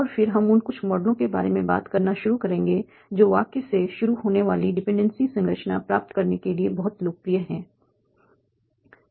और फिर हम उन कुछ मॉडलों के बारे में बात करना शुरू करेंगे जो वाक्य से शुरू होने वाली डिपेंडेंसी संरचना प्राप्त करने के लिए बहुत लोकप्रिय हैं